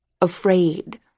afraid